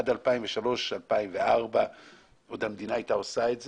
עד 2004-2003 המדינה עוד הייתה עושה את זה.